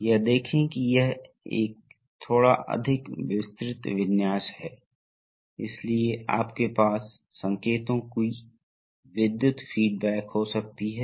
तो हम यहां क्या देख रहे हैं आप देखते हैं फिर से हम घटकों पंप मोटर राहत वाल्व की पहचान करते हैं यह टैंक और फिल्टर है यह एक तीन स्थिति सोलनॉइड है बिजली के सोलनॉइड सक्रिय स्प्रिंग लोडेड वाल्व ठीक है